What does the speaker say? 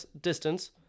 distance